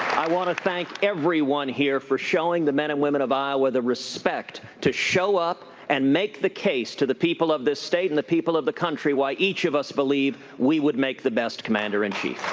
i want to thank everyone here for showing the men and women of iowa the respect to show up and make the case to the people of this state and the people of the country why each of us believe we would make the best commander in chief.